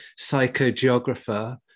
psychogeographer